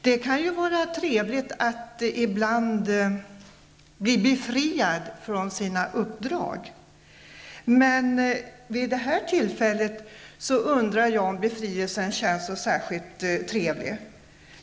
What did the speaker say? Det kan ibland vara trevligt att bli befriad från sina uppdrag. Men vid detta tillfälle undrar jag om befrielsen känns så särskilt trevlig.